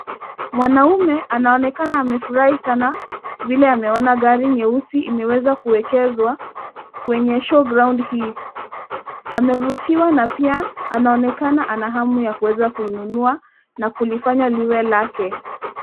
Mwanamume anaonekana amefurahi sana vile ameona gari nyeusi imeweza kuekezwa kwenye show ground hii. Amevutiwa na pia anaonekana ana hamu ya kuweza kuinunua na kulifanya liwe lake.